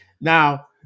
Now